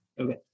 Okay